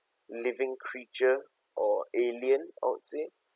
living creature or alien out there